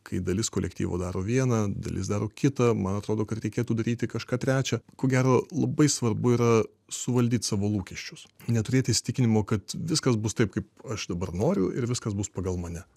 kai dalis kolektyvo daro viena dalis daro kita man atrodo kad reikėtų daryti kažką trečia ko gero labai svarbu yra suvaldyt savo lūkesčius neturėti įsitikinimo kad viskas bus taip kaip aš dabar noriu ir viskas bus pagal mane